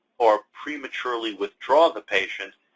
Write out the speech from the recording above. or prematurely withdraw the patient,